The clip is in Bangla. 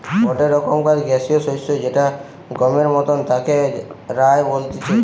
গটে রকমকার গ্যাসীয় শস্য যেটা গমের মতন তাকে রায় বলতিছে